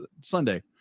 sunday